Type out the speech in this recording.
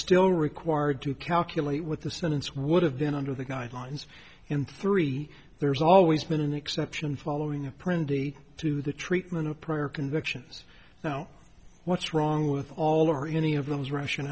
still required to calculate what the sentence would have been under the guidelines and three there's always been an exception following a pretty to the treatment of prayer convictions so what's wrong with all or any of those russian